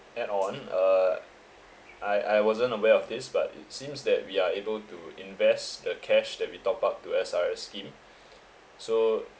add on uh I I wasn't aware of this but it seems that we are able to invest the cash that we top up to S_R_S scheme so